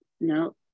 No